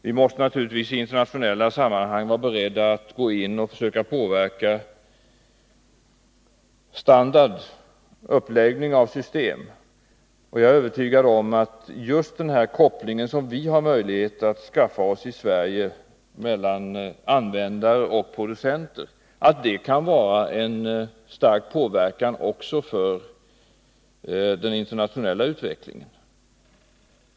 Vi måste naturligtvis i internationella sammanhang vara beredda att försöka påverka standards och system, och jag är övertygad om att just den koppling vi har möjlighet att skaffa oss i Sverige mellan användare och producenter kan innebära en stark påverkan också när det gäller den internationella utvecklingen.